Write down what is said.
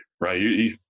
right